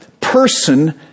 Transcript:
person